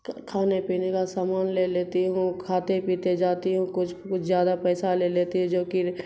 کھانے پینے کا سامان لے لیتی ہوں کھاتے پیتے جاتی ہوں کچھ کچھ زیادہ پیسہ لے لیتی ہوں جو کہ